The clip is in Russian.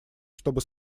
чтобы